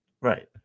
Right